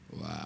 Wow